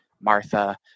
Martha –